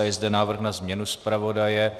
Je zde návrh na změnu zpravodaje.